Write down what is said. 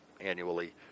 annually